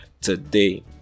today